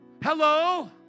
Hello